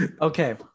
okay